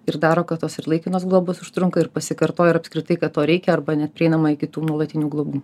ir daro kad tos ir laikinos globos užtrunka ir pasikartoja ir apskritai kad to reikia arba net prieinama iki tų nuolatinių globų